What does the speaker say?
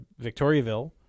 Victoriaville